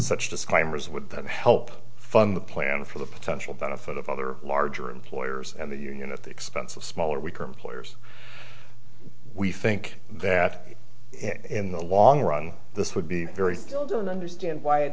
such disclaimers would then help fund the plan for the potential benefit of other larger employers and the union at the expense of smaller weaker employers we think that in the long run this would be very still don't understand why it